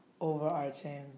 overarching